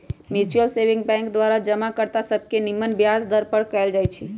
mutual saving bank द्वारा जमा कर्ता सभके निम्मन ब्याज दर प्रदान कएल जाइ छइ